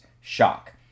shock